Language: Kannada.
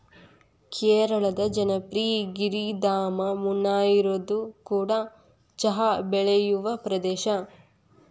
ಕೇರಳದ ಜನಪ್ರಿಯ ಗಿರಿಧಾಮ ಮುನ್ನಾರ್ಇದು ಕೂಡ ಚಹಾ ಬೆಳೆಯುವ ಪ್ರದೇಶ